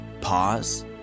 pause